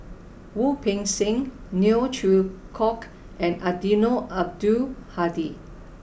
Wu Peng Seng Neo Chwee Kok and Eddino Abdul Hadi